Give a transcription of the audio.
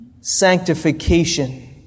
sanctification